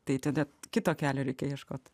tai tada kito kelio reikia ieškot